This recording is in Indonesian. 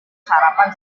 sarapan